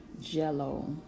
jello